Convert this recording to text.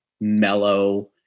mellow